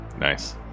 Nice